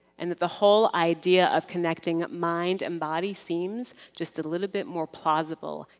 and that the whole idea of connecting mind and body seems just a little bit more plausible,